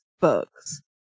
books